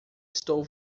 estou